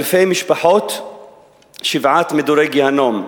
אלפי משפחות שבעת מדורי גיהינום.